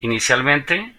inicialmente